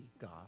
God